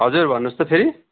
हजुर भन्नुहोस् त फेरि